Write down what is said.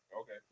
Okay